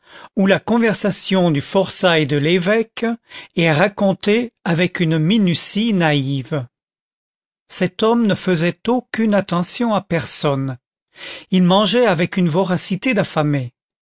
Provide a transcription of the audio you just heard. où la conversation du forçat et de l'évêque est racontée avec une minutie naïve cet homme ne faisait aucune attention à personne il mangeait avec une voracité d'affamé